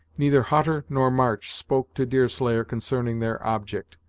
neither hutter nor march spoke to deerslayer concerning their object,